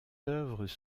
œuvres